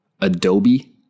Adobe